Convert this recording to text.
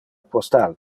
postal